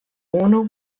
unu